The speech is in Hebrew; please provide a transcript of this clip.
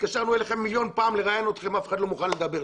התקשרנו אליכם מיליון פעמים לראיין אתכם אבל אף אחד לא מוכן לדבר.